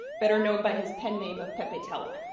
better known by his pen name of pepetela.